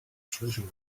treasure